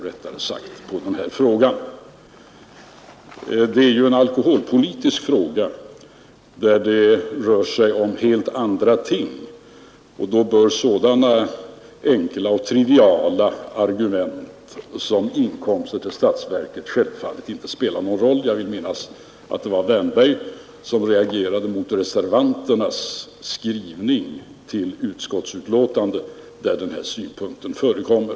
Detta är ju en alkoholpolitisk fråga, där det rör sig om helt andra ting. Där bör sådana enkla och triviala argument som inkomster till statsverket självfallet inte spela någon roll. Jag vill minnas att herrr Wärnberg reagerade mot reservanternas skrivning, där dessa synpunkter förekommit.